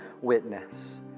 witness